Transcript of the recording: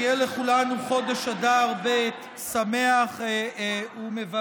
שיהיה לכולנו חודש אדר ב' שמח ומבורך.